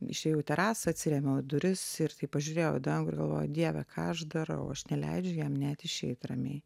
išėjau į terasą atsirėmiau į duris ir pažiūrėjau į dangų ir galvoju o dieve ką aš darau aš neleidžiu jam net išeit ramiai